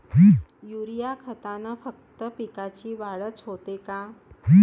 Urea खतानं फक्त पिकाची वाढच होते का?